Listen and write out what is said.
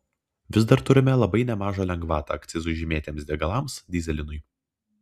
vis dar turime labai nemažą lengvatą akcizui žymėtiems degalams dyzelinui